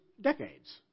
decades